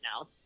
now